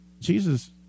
Jesus